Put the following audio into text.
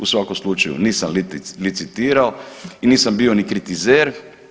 U svakom slučaju nisam licitirao, nisam bio ni kritizer.